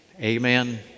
amen